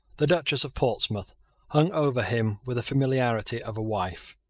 the duchess of portsmouth hung over him with the familiarity of a wife.